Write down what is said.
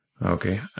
Okay